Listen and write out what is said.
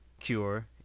cure